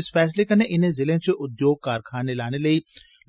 इस फैसले कन्नै इनें जिलें च उद्योग कारखानें लाने लेई